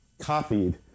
copied